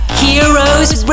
heroes